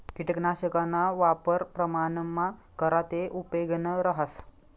किटकनाशकना वापर प्रमाणमा करा ते उपेगनं रहास